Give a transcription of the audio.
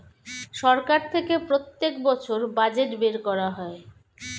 সরকার থেকে প্রত্যেক বছর বাজেট বের করা হয়